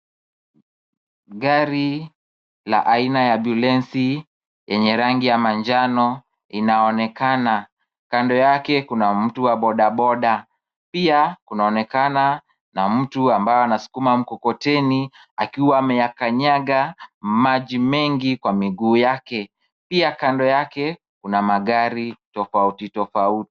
Gari la aina ya ambulensi yenye rangi ya manjano inaonekana. Kando yake kuna mtu wa bodaboda pia kunaonekana na mtu ambaye anasukuma mkokoteni akiwa ameyakanyaga maji mengi kwa miguu yake. Pia kando yake kuna magari tofauti tofauti.